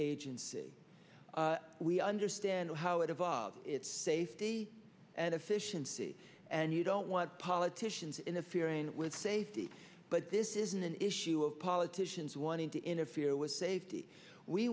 agency we understand how it evolves its safety and efficiency and you don't want politicians in the firin with safety but this isn't an issue of politicians wanting to interfere with safety we